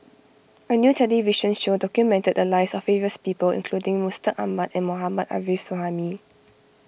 a new television show documented the lives of various people including Mustaq Ahmad and Mohammad Arif Suhaimi